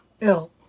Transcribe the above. ill